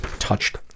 Touched